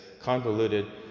convoluted